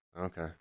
Okay